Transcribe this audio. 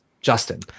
Justin